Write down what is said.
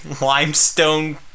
limestone